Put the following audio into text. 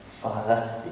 Father